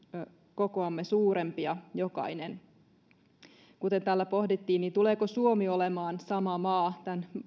kokoamme suurempia jokainen täällä pohdittiin tuleeko suomi olemaan sama maa tämän